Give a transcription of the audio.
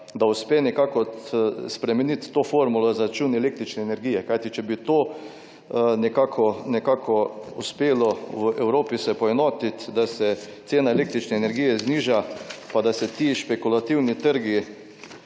da uspe nekako spremeniti to formulo za račun električne energije, kajti če bi to nekako uspelo v Evropi se poenotiti, da se cena električne energije zniža, pa da se ti špekulativni trgi